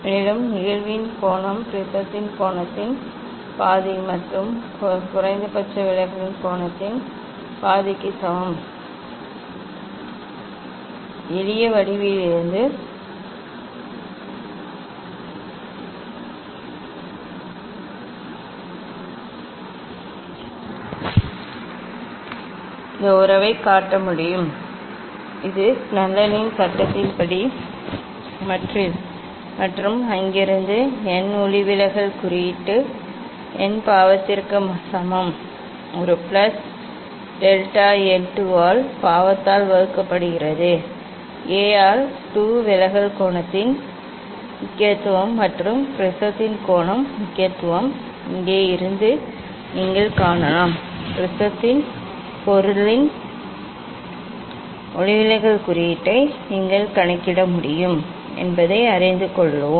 மேலும் நிகழ்வின் கோணம் ப்ரிஸத்தின் கோணத்தின் பாதி மற்றும் குறைந்தபட்ச விலகலின் கோணத்தின் பாதிக்கு சமம் எளிய வடிவவியலில் இருந்து இந்த உறவைக் காட்ட முடியும் இது ஸ்னெல்லின் சட்டத்தின்படி மற்றும் அங்கிருந்து n ஒளிவிலகல் குறியீட்டு n பாவத்திற்கு சமம் ஒரு பிளஸ் டெல்டா n 2 ஆல் பாவத்தால் வகுக்கப்படுகிறது A ஆல் 2 விலகல் கோணத்தின் முக்கியத்துவம் மற்றும் ப்ரிஸத்தின் கோணத்தின் முக்கியத்துவம் இங்கே இருந்து நீங்கள் காணலாம் ப்ரிஸத்தின் பொருளின் ஒளிவிலகல் குறியீட்டை நீங்கள் கணக்கிட முடியும் என்பதை அறிந்து கொள்ளுங்கள்